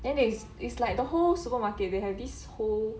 then is is like the whole supermarket they have this whole